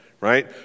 right